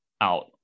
out